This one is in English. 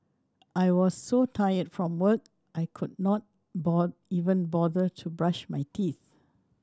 I was so tired from work I could not even bother to brush my teeth